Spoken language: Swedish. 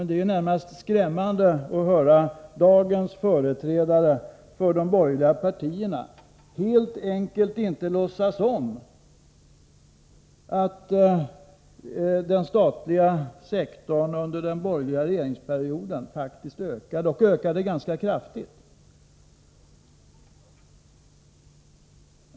Det är närmast skrämmande att höra att dagens företrädare för de borgerliga partierna helt enkelt inte låtsas om att den statliga sektorn under den borgerliga regeringsperioden faktiskt ökade och ökade ganska kraftigt.